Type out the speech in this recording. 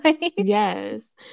Yes